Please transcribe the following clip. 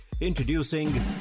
introducing